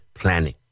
planning